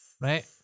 Right